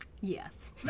Yes